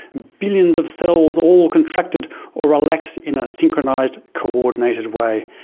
billions of cells all contracted or relaxed in a synchronised, coordinated way.